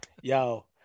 Yo